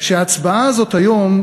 שההצבעה הזאת היום,